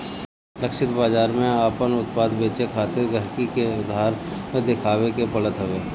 लक्षित बाजार में आपन उत्पाद बेचे खातिर गहकी के आधार देखावे के पड़त हवे